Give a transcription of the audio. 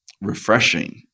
refreshing